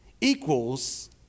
equals